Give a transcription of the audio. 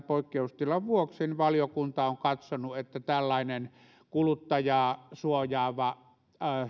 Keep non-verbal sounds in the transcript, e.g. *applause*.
*unintelligible* poikkeustilan vuoksi valiokunta on katsonut että tällainen kuluttajaa suojaava